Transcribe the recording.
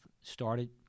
started